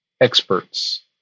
experts